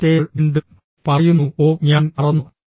മറ്റേയാൾ വീണ്ടും പറയുന്നു ഓ ഞാൻ മറന്നു